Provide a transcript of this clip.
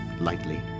lightly